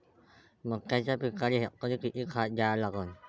मक्याच्या पिकाले हेक्टरी किती खात द्या लागन?